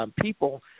people